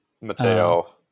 Mateo